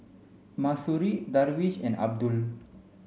Mahsuri Darwish and Abdul